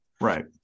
right